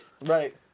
Right